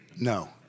No